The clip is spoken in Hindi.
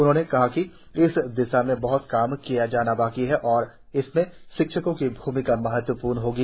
उन्होंने कहा कि इस दिशा में बहत काम किया जाना बाकी है और इसमें शिक्षकों की भूमिका महत्वपूर्ण होगी